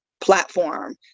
platform